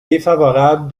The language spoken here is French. défavorable